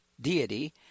deity